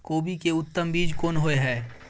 कोबी के उत्तम बीज कोन होय है?